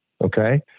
Okay